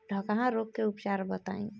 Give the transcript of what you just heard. डकहा रोग के उपचार बताई?